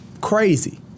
crazy